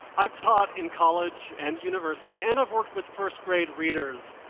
i've taught in college and university, and i've worked with first grade readers.